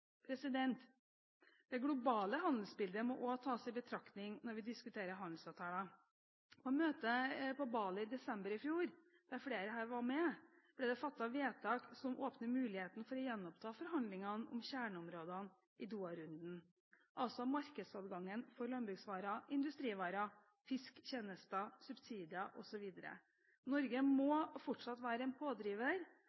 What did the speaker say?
Det globale handelsbildet må også tas i betraktning når vi diskuterer handelsavtaler. På møtet på Bali i desember i fjor, der flere her var med, ble det fattet vedtak som åpner muligheten for å gjenoppta forhandlingene om kjerneområdene i Doha-runden, altså markedsadgangen for landbruksvarer, industrivarer, fisk, tjenester, subsidier osv. Norge må